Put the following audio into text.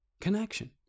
connection